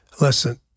Listen